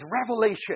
revelation